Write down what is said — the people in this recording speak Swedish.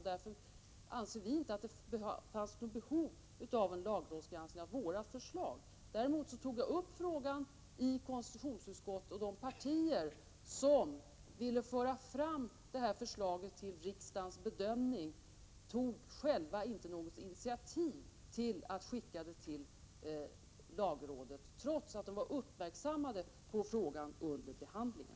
Därför anser vi att det inte fanns något behov av en lagrådsgranskning av vårt förslag. Däremot tog jag upp frågan i konstitutionsutskottet, och de partier som ville föra fram det här förslaget för riksdagens bedömning tog själva inte något initiativ till att skicka förslaget till lagrådet trots att de var uppmärksammade på frågan under behandlingen.